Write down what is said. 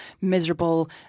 miserable